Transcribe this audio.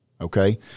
Okay